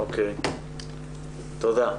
אוקיי, תודה.